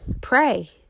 pray